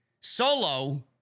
Solo